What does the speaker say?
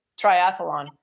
triathlon